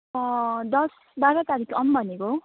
दस बाह्र तारिक आऊँ भनेको